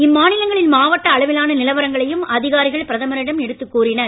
இம் மாநிலங்களின் மாவட்ட அளவிலான நிலவரங்களையும் அதிகாரிகள் பிரதமரிடம் எடுத்து கூறினர்